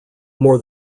more